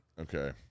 Okay